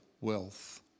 wealth